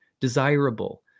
desirable